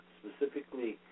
specifically